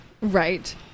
Right